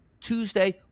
Tuesday